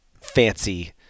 fancy